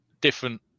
different